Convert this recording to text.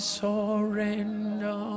surrender